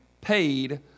paid